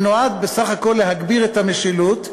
שנועד בסך הכול להגביר את המשילות,